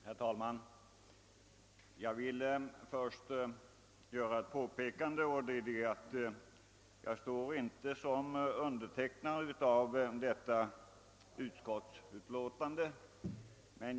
Herr talman! Jag vill först göra ett påpekande, nämligen att jag inte står som undertecknare av statsutskottets utlåtande nr 167.